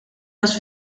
los